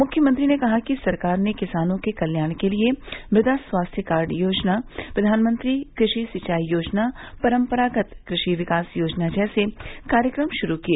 मुख्यमंत्री ने कहा कि सरकार ने किसानों के कल्याण के लिए मुदा स्वास्थ्य कार्ड योजना प्रधानमंत्री कृषि सिंचाई योजना परम्परागत कृषि विकास योजना जैसे कार्यक्रम शुरू किए